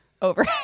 over